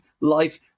life